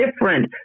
different